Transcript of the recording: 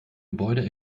gebäude